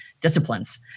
disciplines